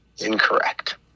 Incorrect